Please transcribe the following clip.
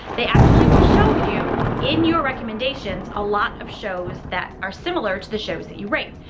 they actually will show you in your recommendations a lot of shows that are similar to the shows that you rate.